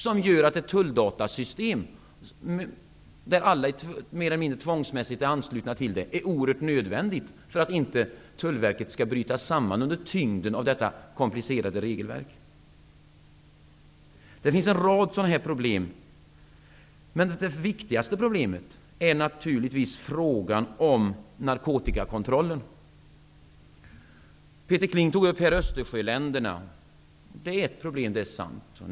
Det gör att det tulldatasystem där alla är mer eller mindre tvångsmässigt anslutna är helt nödvändigt för att inte Tullverket skall bryta samman under tyngden av det komplicerade regelverket. Det finns en rad sådana här problem, men det viktigaste är naturligtvis frågan om narkotikakontrollen. Peter Kling nämnde Östersjöländerna. Det är sant att de utgör ett problem.